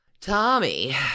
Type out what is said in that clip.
Tommy